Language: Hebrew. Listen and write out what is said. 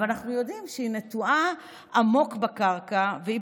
אבל אנחנו יודעים שהיא נטועה עמוק בקרקע והיא